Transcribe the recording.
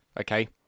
Okay